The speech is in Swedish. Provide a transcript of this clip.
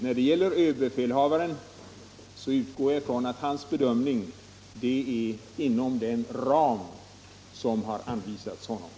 När det gäller överbefälhavaren utgår jag ifrån att hans bedömning är gjord inom den ram som har anvisats honom.